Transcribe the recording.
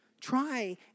Try